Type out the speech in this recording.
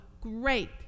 great